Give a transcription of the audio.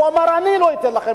והוא אמר: אני לא אתן לכם,